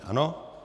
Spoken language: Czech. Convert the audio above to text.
Ano?